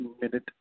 minute